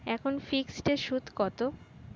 এখন ফিকসড এর সুদ কত?